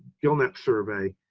gillnet survey.